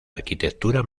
arquitectura